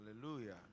Hallelujah